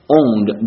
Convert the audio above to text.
owned